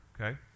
okay